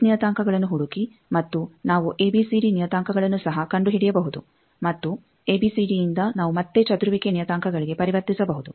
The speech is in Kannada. ಎಸ್ ನಿಯತಾಂಕಗಳನ್ನು ಹುಡುಕಿ ಮತ್ತು ನಾವು ಎಬಿಸಿಡಿ ನಿಯತಾಂಕಗಳನ್ನು ಸಹ ಕಂಡುಹಿಡಿಯಬಹುದು ಮತ್ತು ಎಬಿಸಿಡಿಯಿಂದ ನಾವು ಮತ್ತೆ ಚದುರುವಿಕೆ ನಿಯತಾಂಕಗಳಿಗೆ ಪರಿವರ್ತಿಸಬಹುದು